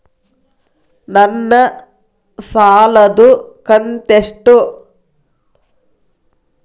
ನನ್ನ ಸಾಲದು ಕಂತ್ಯಷ್ಟು?